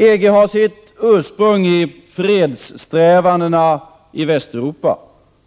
EG har sitt ursprung i fredssträvandena i Västeuropa,